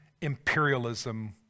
imperialism